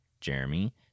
Jeremy